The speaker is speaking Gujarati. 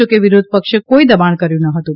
જોકે વિરોધપક્ષે કોઈ દબાણ કર્યું ન હતું